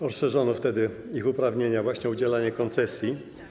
Rozszerzono wtedy ich uprawnienia, właśnie o udzielanie koncesji.